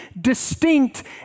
distinct